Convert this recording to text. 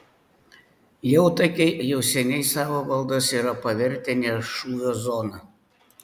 jautakiai jau seniai savo valdas yra pavertę ne šūvio zona